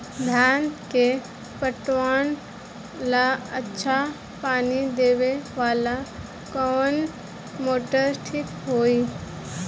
धान के पटवन ला अच्छा पानी देवे वाला कवन मोटर ठीक होई?